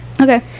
Okay